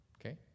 Okay